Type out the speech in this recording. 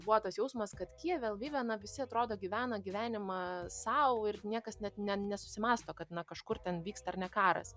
buvo tas jausmas kad kijeve lvive na visi atrodo gyvena gyvenimą sau ir niekas net ne nesusimąsto kad na kažkur ten vyksta ar ne karas